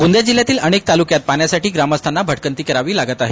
गोंदिया जिल्ह्यातील अनेक तालुक्यात पाण्यासाठी ग्रामस्थांना भटकंती करावी लागत आहे